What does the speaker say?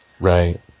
right